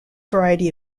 variety